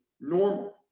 normal